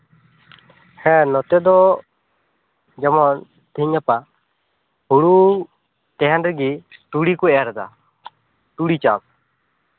ᱦᱮᱸ ᱱᱚᱛᱮ ᱫᱚ ᱡᱮᱢᱚᱱ ᱛᱤᱦᱤᱧ ᱜᱟᱯᱟ ᱦᱩᱲᱩ ᱛᱟᱦᱮᱱ ᱨᱮᱜᱮ ᱛᱩᱲᱤ ᱠᱚ ᱮᱨᱫᱟ ᱛᱩᱲᱤ ᱪᱟᱥ